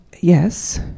Yes